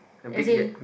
as in